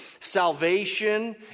salvation